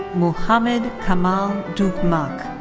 muhammad kamal doukmak